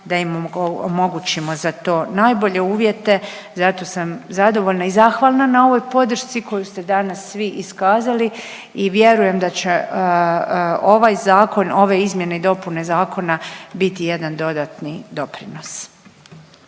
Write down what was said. da im omogućimo za to najbolje uvjete. Zato sam zadovoljna i zahvalna na ovoj podršci koju ste danas svi iskazali i vjerujem da će ovaj zakon, ove izmjene i dopune zakona biti jedan dodatni doprinos.